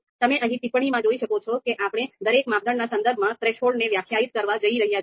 તમે અહીં ટિપ્પણીમાં જોઈ શકો છો કે આપણે દરેક માપદંડના સંદર્ભમાં થ્રેશોલ્ડને વ્યાખ્યાયિત કરવા જઈ રહ્યા છીએ